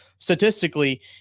Statistically